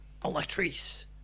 electrice